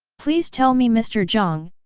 please tell me mr. jiang,